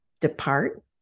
depart